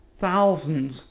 thousands